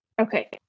okay